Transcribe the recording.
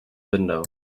window